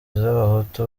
z’abahutu